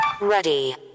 Ready